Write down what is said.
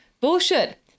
bullshit